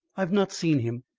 i've not seen him.